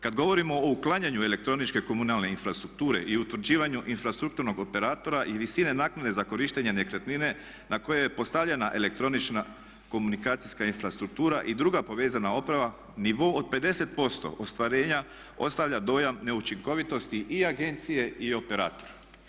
Kada govorimo o uklanjanju elektroničke komunalne infrastrukture i utvrđivanju infrastrukturnog operatora i visine naknade za korištenje nekretnine na koju je postavljena elektronička komunikacijska infrastruktura i druga povezana oprava nivo od 50% ostvarenja ostavlja dojam neučinkovitosti i agencije i operatora.